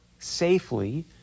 safely